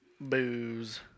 Booze